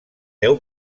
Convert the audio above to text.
deu